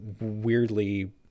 weirdly